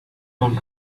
found